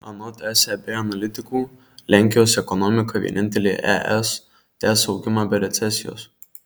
anot seb analitikų lenkijos ekonomika vienintelė es tęs augimą be recesijos